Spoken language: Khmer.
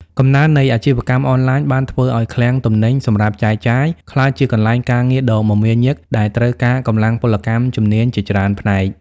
កំណើននៃអាជីវកម្មអនឡាញបានធ្វើឱ្យឃ្លាំងទំនិញសម្រាប់ចែកចាយ ក្លាយជាកន្លែងការងារដ៏មមាញឹកដែលត្រូវការកម្លាំងពលកម្មជំនាញជាច្រើនផ្នែក។